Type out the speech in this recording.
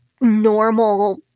normal